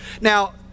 Now